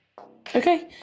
Okay